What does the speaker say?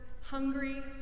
hungry